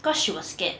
cause she was scared